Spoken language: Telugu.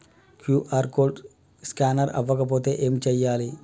క్యూ.ఆర్ కోడ్ స్కానర్ అవ్వకపోతే ఏం చేయాలి?